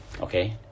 okay